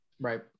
right